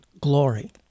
glory